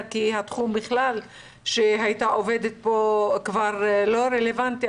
כי התחום בו הייתה עובדת כבר לא רלוונטי.